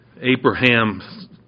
Abraham